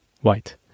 white